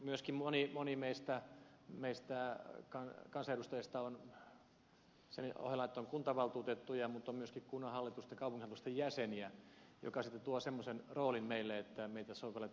myöskin moni meistä kansanedustajista on sen ohella että on kuntavaltuutettu myöskin kunnanhallitusten tai kaupunginhallitusten jäsen mikä sitten tuo semmoisen roolin meille että meitä verrataan virkamiehiin